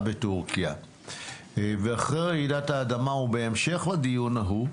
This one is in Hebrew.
בטורקיה ואחרי רעידת האדמה ובהמשך לדיון ההוא,